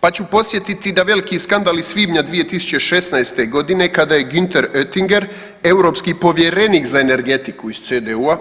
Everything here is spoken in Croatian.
Pa ću podsjetiti da veliki skandal iz svibnja 2016. godine Gunther Oettinger europski povjerenik za energetiku iz CDU-a